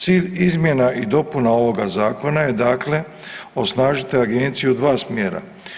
Cilj izmjena i dopuna ovoga zakona je dakle osnažiti agenciju u dva smjera.